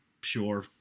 pure